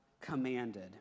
commanded